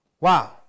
Wow